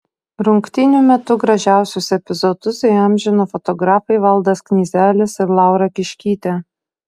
rungtynių metu gražiausius epizodus įamžino fotografai valdas knyzelis ir laura kiškytė